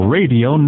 Radio